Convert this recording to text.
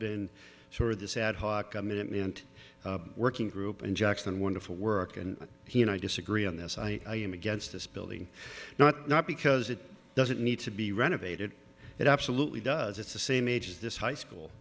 been sort of this ad hoc commitment working group and jackson wonderful work and he and i disagree on this i am against this building not not because it doesn't need to be renovated it absolutely does it's the same age as this high school